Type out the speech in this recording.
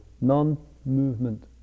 non-movement